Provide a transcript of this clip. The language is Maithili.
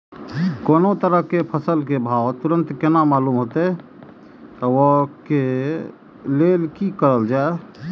कोनो तरह के फसल के भाव तुरंत केना मालूम होते, वे के लेल की करल जाय?